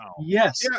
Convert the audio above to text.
Yes